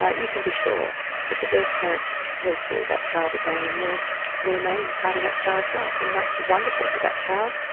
you can be sure that the birth parent will see that child again and will remain part of that child's life. and that's wonderful for that child,